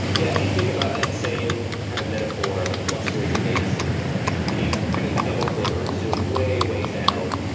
yeah. if you think about that same kind of metaphor of a cluster as a data center and you kind of double click or zoom way, way down,